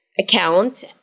Account